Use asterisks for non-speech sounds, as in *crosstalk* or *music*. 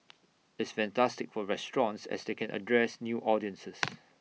it's fantastic for restaurants as they can address new audiences *noise*